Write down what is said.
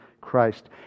Christ